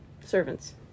servants